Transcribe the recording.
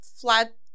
flat